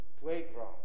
playground